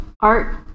art